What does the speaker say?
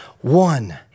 One